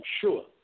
sure